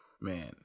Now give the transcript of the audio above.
man